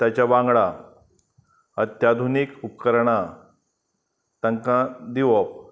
ताच्या वांगडा अत्याधुनीक उपकरणां तांकां दिवप